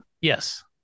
Yes